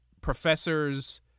professors